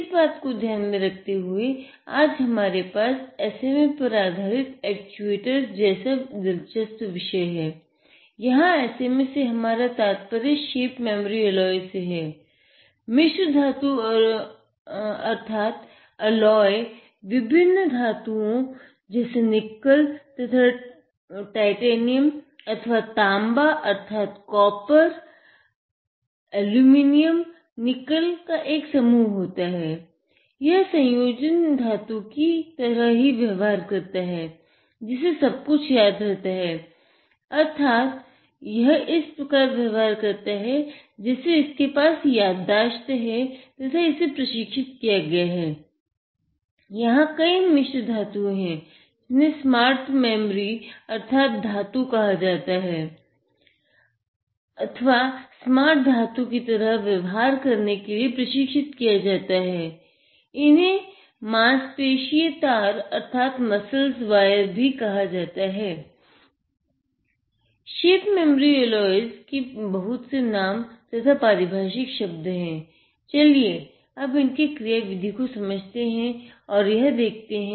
इस बात को ध्यान में रखते हुए आज हमारे पास SMA पर आधारित एक्चुएटर्स भी कहते हैं